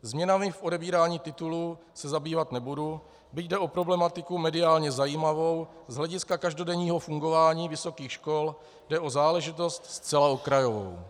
Změnami v odebírání titulu se zabývat nebudu, byť jde o problematiku mediálně zajímavou, z hlediska každodenního fungování vysokých škol jde o záležitost zcela okrajovou.